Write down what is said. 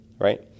right